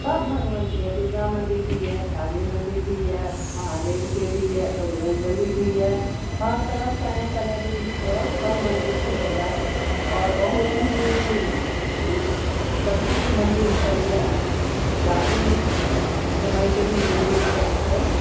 सब भगबानके दुर्गा मन्दिर भी अछि काली मन्दिर भी अछि महादेबके भी अछि बजरङ्गबली भी अछि हर तरफ कने कने दूरी पर सब मन्दिर भेट जाएत आओर बहुत ही लोगमे भी प्रसिद्ध मन्दिर सब अछि प्राचीन समयके भी मन्दिर सब छै